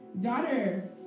Daughter